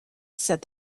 said